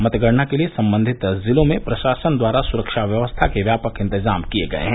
मतगणना के लिये संबंधित जिलों में प्रशासन द्वारा सुरक्षा व्यवस्था के व्यापक इंतजाम किए गए हैं